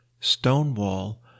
Stonewall